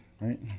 right